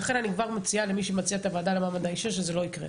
לכן אני כבר מצהירה למי שמציע את הוועדה למעמד האישה שזה לא יקרה.